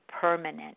permanent